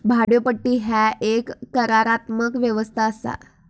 भाड्योपट्टी ह्या एक करारात्मक व्यवस्था असा